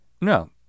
no